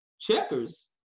checkers